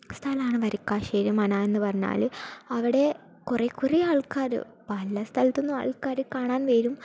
സ്ഥലമാണ് വരിക്കാശ്ശേരി മന എന്ന് പറഞ്ഞാല് അവിടെ കുറെ കുറേ ആൾക്കാര് പല സ്ഥലത്ത് നിന്നും ആൾക്കാര് കാണാൻ വരും